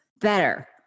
Better